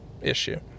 issue